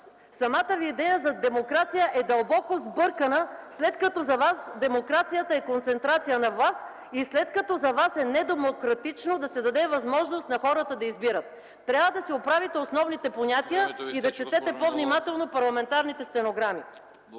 самата ви идея за демокрация е дълбоко сбъркана, след като за вас тя е концентрация на власт и след като за вас е недемократично да се даде възможност на хората да избират. Трябва да си оправите основните понятия и да четете по-внимателно парламентарните стенограми.